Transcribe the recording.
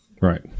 Right